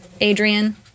Adrian